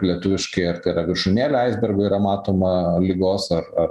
lietuviškai ar tai yra viršūnėlė aisbergo yra matoma ligos ar ar